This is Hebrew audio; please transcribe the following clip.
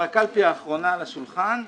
הקלפי האחרונה כבר על השולחן --- הבנתי.